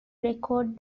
record